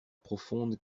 profonde